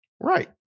Right